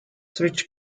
switch